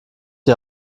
die